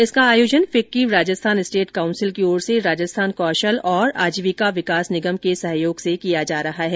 इसका आयोजन FICCI Rajasthan state council की ओर से राजस्थान कौशल और आजीविका विकास निगम के सहयोग से किया जा रहा है